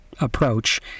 approach